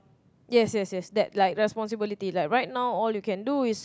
yes yes yes that like the responsibility like right now all you can do is